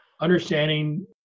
understanding